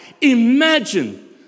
Imagine